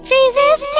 Jesus